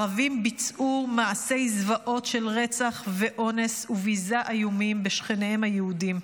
ערבים ביצעו מעשי זוועות של רצח ואונס וביזה איומים בשכניהם היהודים.